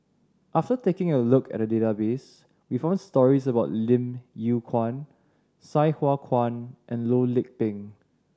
after taking a look at the database we found stories about Lim Yew Kuan Sai Hua Kuan and Loh Lik Peng